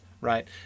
right